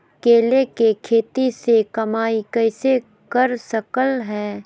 केले के खेती से कमाई कैसे कर सकय हयय?